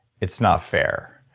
it's not fair.